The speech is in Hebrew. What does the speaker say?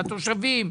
לתושבים.